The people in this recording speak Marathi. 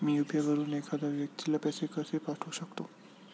मी यु.पी.आय वापरून एखाद्या व्यक्तीला पैसे कसे पाठवू शकते?